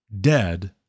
dead